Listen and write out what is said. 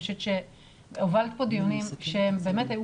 אני חושבת שהובלת פה דיונים שהם באמת היו